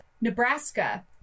Nebraska